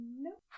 Nope